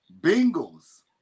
Bengals